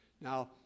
Now